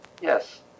yes